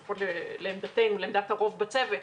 לפחות לעמדת הרוב בצוות,